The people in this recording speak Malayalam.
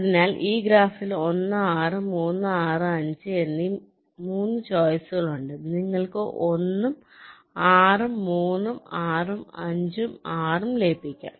അതിനാൽ ഈ ഗ്രാഫിൽ 1 6 3 6 5 6 എന്നീ 3 ചോയ്സുകളുണ്ട് നിങ്ങൾക്ക് 1 ഉം 6 ഉം 3 ഉം 6 ഉം 5 ഉം 6 ഉം ലയിപ്പിക്കാം